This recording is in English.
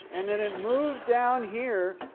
and then it moved down here.